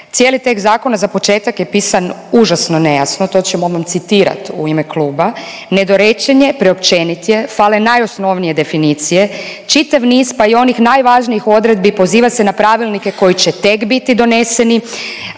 Cijeli tekst zakona, za početak je pisan je užasno nejasno, to ćemo vam citirati u ime kluba, nedorečen je, preopćenit je, fale najosnovnije definicije, čitav niz pa i onih najvažnijih odredbi poziva se na pravilnike koji će tek biti doneseni,